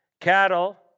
Cattle